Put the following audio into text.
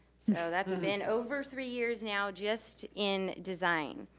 so, that's been over three years now just in design.